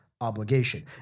obligation